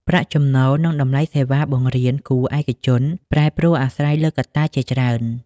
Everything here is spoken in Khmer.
ប្រាក់ចំណូល និងតម្លៃសេវាបង្រៀនគួរឯកជនប្រែប្រួលអាស្រ័យលើកត្តាជាច្រើន។